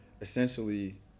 essentially